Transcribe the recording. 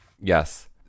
yes